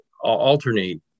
alternate